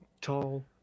Tall